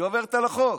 היא עוברת על החוק.